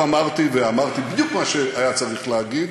אמרתי ואמרתי בדיוק מה שהיה צריך להגיד,